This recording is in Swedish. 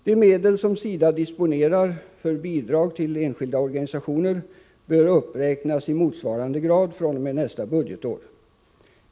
De medel som SIDA disponerar för bidrag till enskilda organisationer bör uppräknas i motsvarande grad fr.o.m. nästa budgetår.